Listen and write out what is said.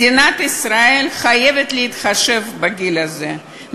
מדינת ישראל חייבת להתחשב בגיל הזה,